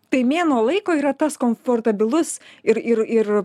tai mėnuo laiko yra tas komfortabilus ir ir ir